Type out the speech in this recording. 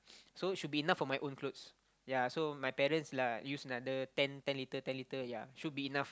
so should be enough for my own clothes ya so my parents lah use another ten litre ten litre ya should be enough